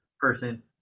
person